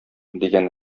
дигән